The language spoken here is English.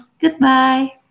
goodbye